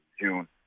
June